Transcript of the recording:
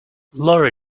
lorry